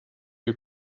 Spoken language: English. you